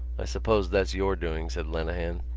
i suppose that's your doing, said lenehan.